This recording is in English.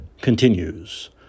continues